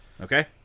Okay